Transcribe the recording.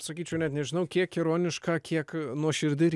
sakyčiau net nežinau kiek ironiška kiek nuoširdi ir